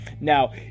Now